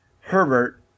Herbert